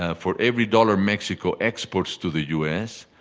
ah for every dollar mexico exports to the u s,